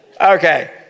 Okay